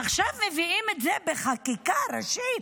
עכשיו מביאים את זה בחקיקה ראשית,